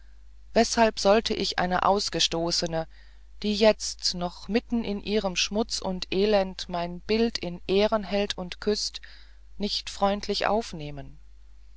weshalb soll ich eine ausgestoßene die jetzt noch mitten in ihrem schmutz und elend mein bild in ehren hält und küßt nicht freundlich aufnehmen